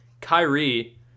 Kyrie